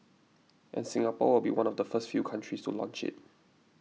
and Singapore will be one of the first few countries to launch it